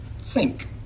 sink